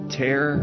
tear